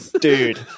dude